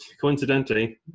coincidentally